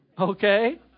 Okay